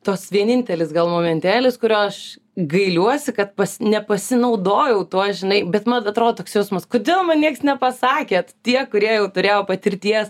tos vienintelis gal momentėlis kurio aš gailiuosi kad pas nepasinaudojau tuo žinai bet man atrodo toks jausmas kodėl man nieks nepasakėt tie kurie jau turėjo patirties